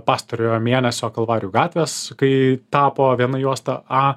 pastarojo mėnesio kalvarijų gatvės kai tapo viena juosta a